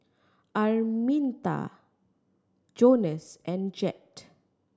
Arminta Jonas and Jett